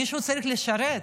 מישהו צריך לשרת.